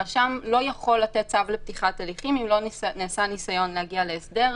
הרשם לא יכול לתת צו לפתיחת הליכים אם לא נעשה ניסיון להגיע להסדר.